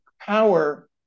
power